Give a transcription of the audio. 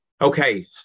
Okay